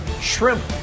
shrimp